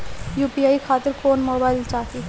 UPI खातिर कौन mobile चाहीं?